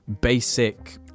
basic